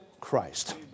Christ